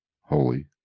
holy